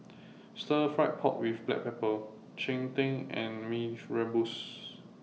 Stir Fried Pork with Black Pepper Cheng Tng and Mee Rebus